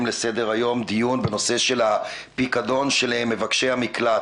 לסדר-היום דיון בנושא של הפיקדון של מבקשי המקלט.